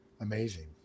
amazing